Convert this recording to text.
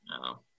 No